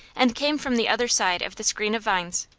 and came from the other side of the screen of vines.